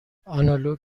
آنالوگ